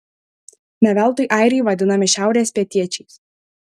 ne veltui airiai vadinami šiaurės pietiečiais